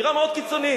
אמירה מאוד קיצונית.